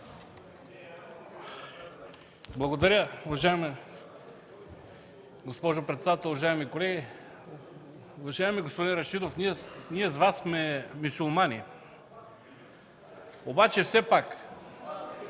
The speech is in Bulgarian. Благодаря. Уважаема госпожо председател, уважаеми колеги! Уважаеми господин Рашидов, ние с Вас сме мюсюлмани, но все пак